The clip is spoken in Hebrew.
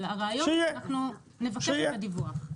אבל הרעיון הוא שאנחנו נבקש את הדיווח.